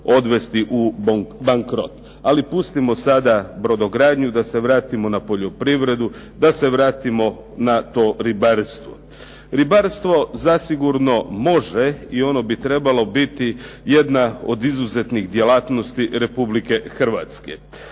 odvesti u bankrot. Ali pustimo sada brodogradnju, da se vratimo na poljoprivredu, da se vratimo na to ribarstvo. Ribarstvo zasigurno može i ono bi trebalo biti jedna od izuzetnih djelatnosti Republike Hrvatske.